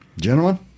Gentlemen